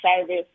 service